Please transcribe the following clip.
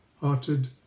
hearted